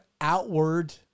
outward